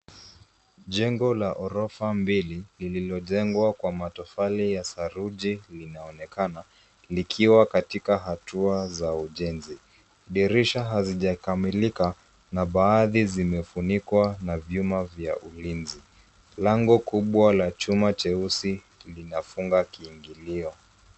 Jengo la orofa mbili lililojengwa kwa matofali ya saruji linaonekana likiwa katika hatua za ujenzi. Dirisha hazijakamilika na baadhi zimefungwa na vyuma vya ulinzi. Lango kubwa la chuma cheusi linafunga kiingilio.